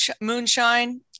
moonshine